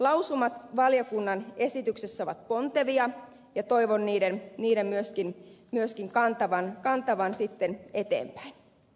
lausumat valiokunnan esityksessä ovat pontevia ja toivon niiden myöskin kantavan sitten eteenpäin